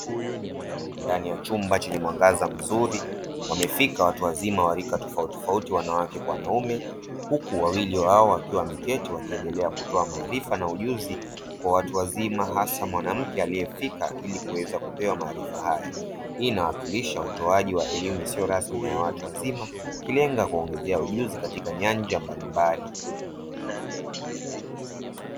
Ndani ya chumba chenye mwangaza mzuri, wamefika watu wazima wa rika tofauti tofauti, wanawake kwa wanaume, huku wawili wao wakiwa wameketi wakiendelea kutoa maarifa na ujuzi kwa watu wazima hasa mwanamke aliyefika ili kuweza kupewa maarifa haya. Hii inawakilisha utoaji wa elimu isiyo rasmi na ya watu wazima ikilenga kuongezea ujuzi katika nyanja mbalimbali.